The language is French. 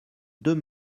deux